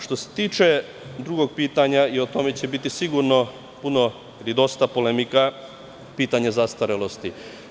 Što se tiče drugog pitanja, i o tome će biti sigurno puno i dosta polemika, to je pitanje zastarelosti.